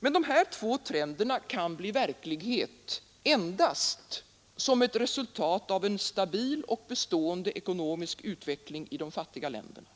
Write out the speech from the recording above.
Men dessa två trender kan bli verklighet endast som ett resultat av en stabil och bestående ekonomisk utveckling i de fattiga länderna.